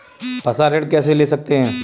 फसल ऋण कैसे ले सकते हैं?